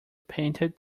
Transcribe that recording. painted